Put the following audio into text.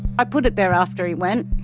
i put it there after he went.